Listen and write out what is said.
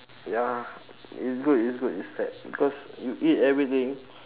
ya it's good it's good it's fat because you eat everything